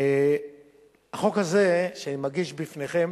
החוק הזה שאני מגיש בפניכם